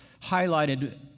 highlighted